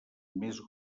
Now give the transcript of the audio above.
més